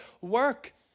work